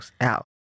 out